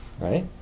right